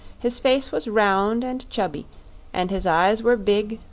his face was round and chubby and his eyes were big,